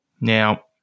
now